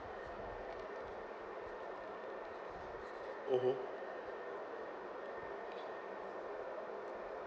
mmhmm